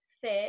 fit